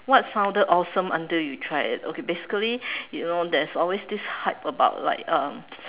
what sounded awesome until you tried it okay basically you know there's always this hype about like um